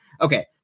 Okay